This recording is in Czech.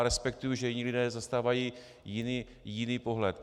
Respektuji, že jiní lidé zastávají jiný pohled.